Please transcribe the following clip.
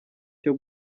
cyo